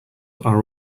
are